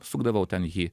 sukdavau ten jį